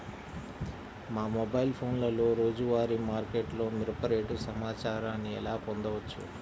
మా మొబైల్ ఫోన్లలో రోజువారీ మార్కెట్లో మిరప రేటు సమాచారాన్ని ఎలా పొందవచ్చు?